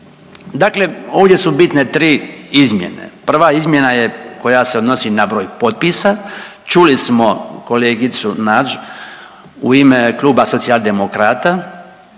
Dakle, ovdje su bitne tri izmjene. Prva izmjena je koja se odnosi na broj potpisa, čuli smo kolegicu Nađ u ime Kluba Socijaldemokrata